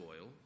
oil